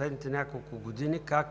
последните няколко години ние